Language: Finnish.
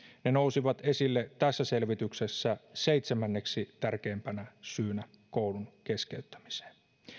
ne nousivat esille tässä selvityksessä seitsemänneksi tärkeimpänä syynä koulun keskeyttämiseen